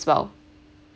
well